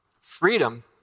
Freedom